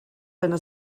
seine